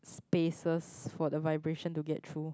spaces for the vibration to get through